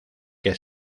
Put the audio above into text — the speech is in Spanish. que